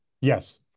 yes